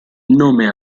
nome